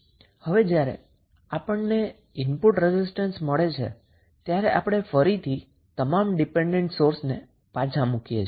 હવે જ્યારે આપણને ઇનપુટ રેઝિસ્ટન્સ મળે છે ત્યારે આપણે ફરીથી તમામ ડિપેન્ડન્ટ સોર્સ પાછા મૂકીએ છીએ